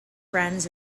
friends